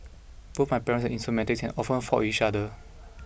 both my parents are in somatics and often fought with each other